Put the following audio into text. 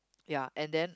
ya and then